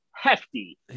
Hefty